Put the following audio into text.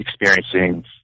experiencing